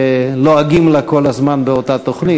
שלועגים לה כל הזמן באותה תוכנית,